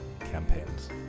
campaigns